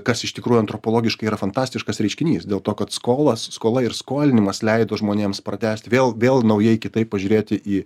kas iš tikrųjų antropologiškai yra fantastiškas reiškinys dėl to kad skolos skola ir skolinimas leido žmonėms pratęsti vėl vėl naujai kitaip pažiūrėti į